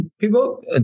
People